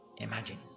Imagine